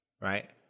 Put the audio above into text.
right